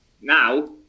now